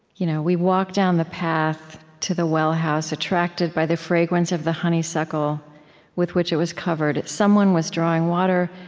you know we walked down the path to the well-house, attracted by the fragrance of the honeysuckle with which it was covered. someone was drawing water,